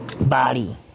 body